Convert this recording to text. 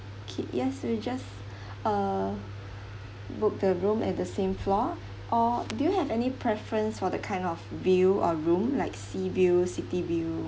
okay yes we just uh book the room at the same floor or do you have any preference for the kind of view or room like sea view city view